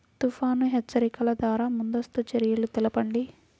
తుఫాను హెచ్చరికల ద్వార ముందస్తు చర్యలు తెలపండి?